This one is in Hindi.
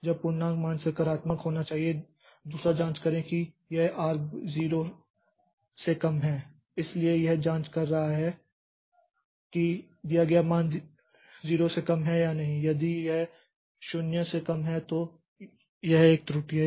तब पूर्णांक मान सकारात्मक होना चाहिए दूसरा जाँच करें कि यह argv 0 से कम है इसलिए यह जाँच कर रहा है कि दिया गया मान 0 से कम है या नहीं यदि यह 0 से कम है तो यह एक त्रुटि है